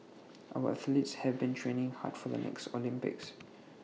our athletes have been training hard for the next Olympics